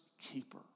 keeper